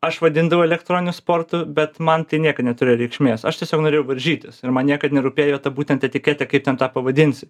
aš vadindavau elektroniniu sportu bet man tai niekad neturėjo reikšmės aš tiesiog norėjau varžytis ir man niekad nerūpėjo ta būtent etiketė kaip ten tą pavadinsi